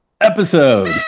episode